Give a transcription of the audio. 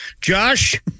Josh